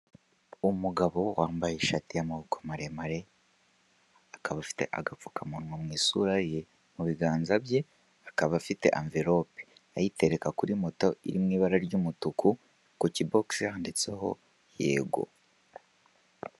Umugabo wambaye ishati y'amaboko maremare, akaba afite agapfukamunwa mu isura ye, mu biganza bye akaba afite amvelope. Ayitereka kuri moto iri mu ibara ry'umutuku ku kibogisi handitse yego.